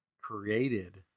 created